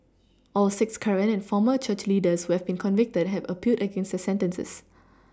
all six current and former church leaders who have been convicted have appealed against their sentences